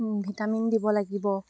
vitamin দিব লাগিব